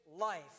life